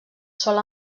sol